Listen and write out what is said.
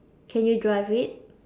can you drive it